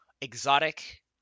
exotic